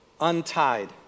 untied